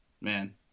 man